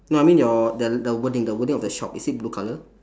no I mean your the the wording the wording of the shop is it blue colour